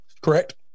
correct